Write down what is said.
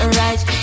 right